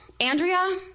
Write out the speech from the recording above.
Andrea